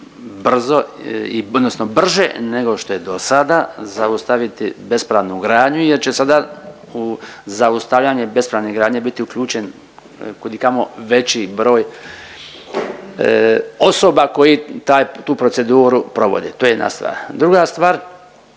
brzo i odnosno brže nego što je do sada zaustaviti bespravnu gradnju jer će sada u zaustavljanje bespravne gradnje biti uključen kudikamo veći broj osoba koji taj tu proceduru provode. To je jedna stvar. Druga stvar,